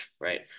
right